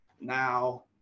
now